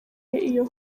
iyo